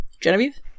Genevieve